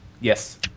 yes